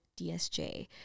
dsj